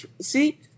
see